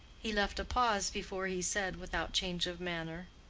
he left a pause before he said, without change of manner,